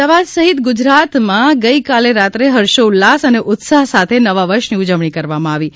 અમદાવાદ સહિત ગુજરાતમાં ગઇકાલે રાત્રે હર્ષઉલ્લાસ અને ઉત્સાહ સાથે નવા વર્ષની ઉજવણી કરવામાં આવી છે